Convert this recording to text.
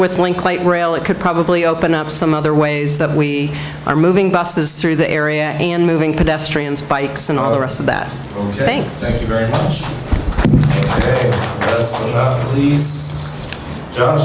with link light rail it could probably open up some other ways that we are moving buses through the area and moving pedestrians bikes and all the rest of that thank you very